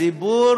הציבור